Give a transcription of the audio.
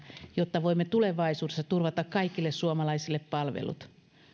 jotta voimme tulevaisuudessa turvata kaikille suomalaisille palvelut